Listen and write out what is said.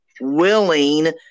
willing